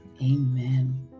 Amen